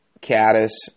caddis